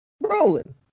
Rolling